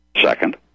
Second